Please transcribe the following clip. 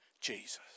Jesus